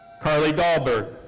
carly dalberg.